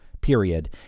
period